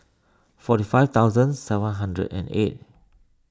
forty five thousand seven hundred and eight